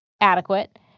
adequate